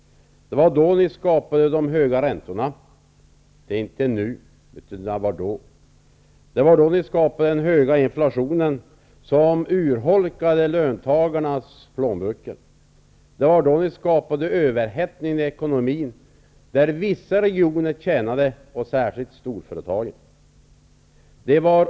Det var då som ni skapade de höga räntorna. De har inte införts nu, utan det var då de infördes. Det var på 80-talet ni skapade den höga inflationen, som urholkade löntagarnas plånböcker. Ni skapade en överhettning i ekonomin, som vissa regioner, och i synnerhet storföretagen, tjänade på.